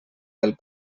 del